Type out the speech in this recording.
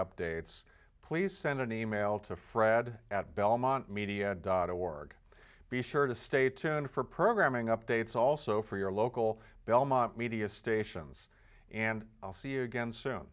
updates please send an e mail to fred at belmont media dot org be sure to stay tuned for programing updates also for your local belmont media stations and i'll see you again so